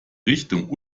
richtung